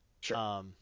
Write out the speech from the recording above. Sure